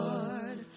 Lord